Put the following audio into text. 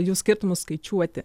jų skirtumus skaičiuoti